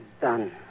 done